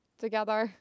Together